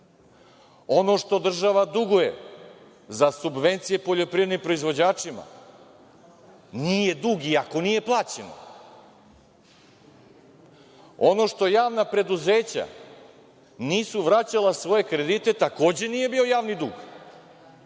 ono što država duguje za subvencije poljoprivrednim proizvođačima nije dug, iako nije plaćen, ono što javna preduzeća nisu vraćala svoje kredite, takođe nije bio javni dug,